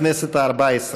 בתחילת הכנסת הארבע-עשרה.